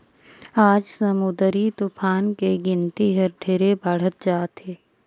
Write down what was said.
आज समुददरी तुफान के गिनती हर ढेरे बाढ़त जात हे